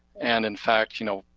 and in fact, you know,